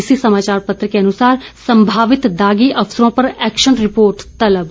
इसी समाचार पत्र के अनुसार संभावित दागी अफसरों पर एक्शन रिपोर्ट तलब